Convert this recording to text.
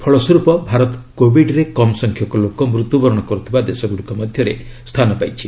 ଫଳ ସ୍ୱରୂପ ଭାରତ କୋବିଡ୍ରେ କମ୍ ସଂଖ୍ୟକ ଲୋକ ମୃତ୍ୟୁବରଣ କରୁଥିବା ଦେଶଗୁଡ଼ିକ ମଧ୍ୟରେ ସ୍ଥାନ ପାଇଛି